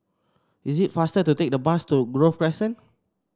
it is faster to take the bus to Grove Crescent